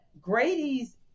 Grady's